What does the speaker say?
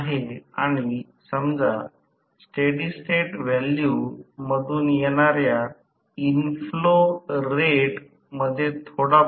5 VThevenin r Thevenin root r Thevenin २ x Thevenin x 2 whole 2